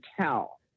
tell